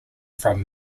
from